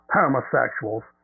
homosexuals